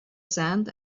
sand